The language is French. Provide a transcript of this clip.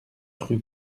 rue